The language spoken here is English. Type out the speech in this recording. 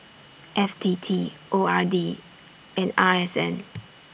F T T O R D and R S N